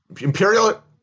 imperial